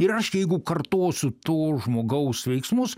ir aš jeigu kartosiu tu žmogaus veiksmus